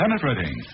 penetrating